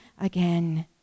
again